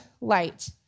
light